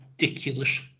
ridiculous